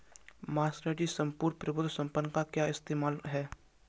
Master ji सम्पूर्ण प्रभुत्व संपन्न का क्या इस्तेमाल है?